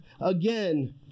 again